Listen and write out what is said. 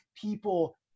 people